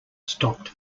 stopped